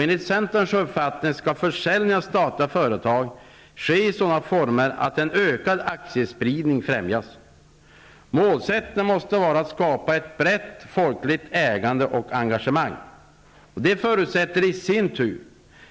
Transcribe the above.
Enligt centerns uppfattning skall försäljning av statliga företag ske i sådana former att en ökad aktiespridning främjas. Målsättningen måste vara att skapa ett spritt folkligt ägande och engagemang. Det förutsätter i sin tur